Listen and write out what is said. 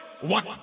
One